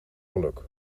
geluk